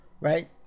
right